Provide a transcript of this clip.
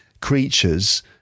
creatures